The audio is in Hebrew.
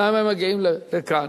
למה הם מגיעים לכאן?